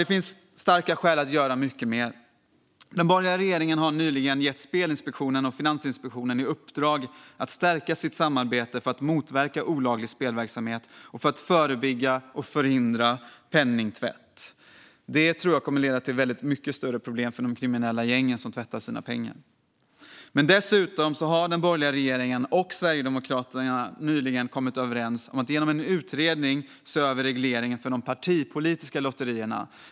Det finns starka skäl att göra mycket mer. Den borgerliga regeringen har nyligen gett Spelinspektionen och Finansinspektionen i uppdrag att stärka sitt samarbete för att motverka olaglig spelverksamhet och för att förebygga och förhindra penningtvätt. Det tror jag kommer att leda till mycket större problem för de kriminella gängen som tvättar sina pengar. Dessutom har den borgerliga regeringen och Sverigedemokraterna nyligen kommit överens om att genom en utredning se över regleringen för de partipolitiska lotterierna.